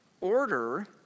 order